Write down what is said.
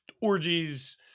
orgies